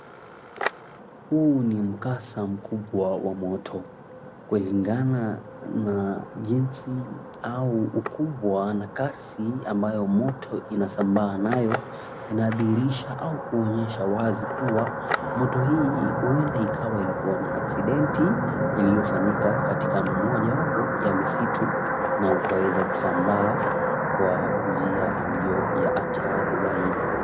Huu ni mkasa mkubwa wa moto. Kulingana na jinsi au ukubwa na kasi ambayo moto inasambaa nayo, inadhihirisha au kuonyesha wazi kuwa moto hii huenda ikawa ilikuwa ni aksidenti, iliyofanyika katika moja wapo ya misitu na ukaweza kusambaa kwa njia iliyo ya hatari zaidi.